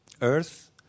earth